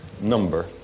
number